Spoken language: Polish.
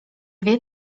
wie